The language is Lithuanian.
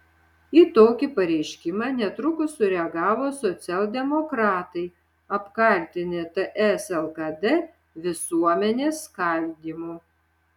į tokį pareiškimą netrukus sureagavo socialdemokratai apkaltinę ts lkd visuomenės skaldymu